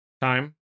time